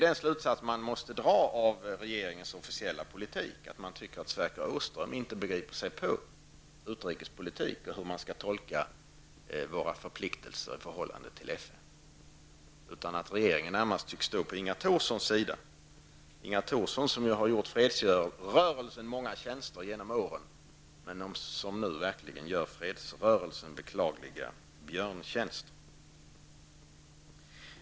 Den slutsats man måste dra av regeringens officiella politik är ju att regeringen anser att Sverker Åström inte begriper sig på utrikespolitik och hur man skall tolka Sveriges förpliktelser i förhållande till FN, utan regeringen tycks närmast stå på Inga Thorssons sida, som har gjort fredsrörelsen många tjänster genom åren men som nu gör fredsrörelsen beklagliga björntjänster.